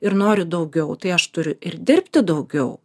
ir noriu daugiau tai aš turiu ir dirbti daugiau